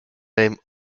name